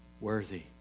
worthy